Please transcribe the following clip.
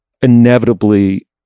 inevitably